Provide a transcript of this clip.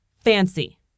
Fancy